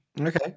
Okay